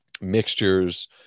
mixtures